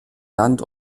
land